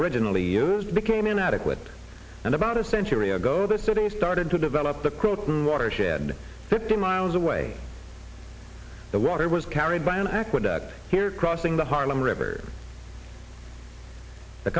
originally used became inadequate and about a century ago the city started to develop the croton watershed fifty miles away the water was carried by an aqueduct here crossing the harlem river the